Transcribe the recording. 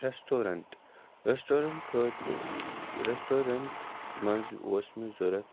restaurant restaurant خٲطرٕ restaurant منٛز اوس مےٚ ضوٚرَتھ